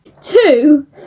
two